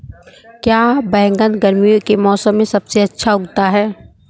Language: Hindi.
क्या बैगन गर्मियों के मौसम में सबसे अच्छा उगता है?